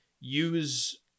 use